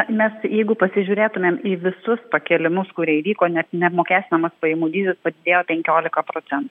mes jeigu pasižiūrėtumėm į visus pakėlimus kurie įvyko nes neapmokestinamas pajamų dydis padidėjo penkiolika procentų